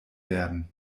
werden